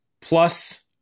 plus